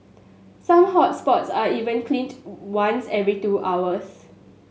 some hot spots are even cleaned once every two hours